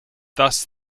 thus